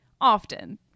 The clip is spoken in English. often